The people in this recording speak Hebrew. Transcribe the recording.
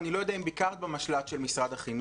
אני לא יודע אם ביקרת במשל"ט של משרד החינוך